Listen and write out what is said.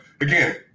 Again